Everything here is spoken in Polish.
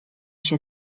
się